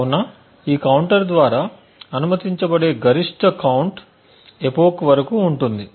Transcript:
కాబట్టి ఈ కౌంటర్ ద్వారా అనుమతించబడే గరిష్ట కౌంట్ ఎపోక్ వరకు ఉంటుంది